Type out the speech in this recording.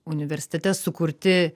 universitete sukurti